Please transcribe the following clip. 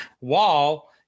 wall